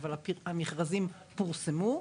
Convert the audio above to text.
אבל המכרזים פורסמו.